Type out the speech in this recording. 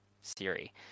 Siri